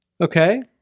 Okay